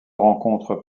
rencontrent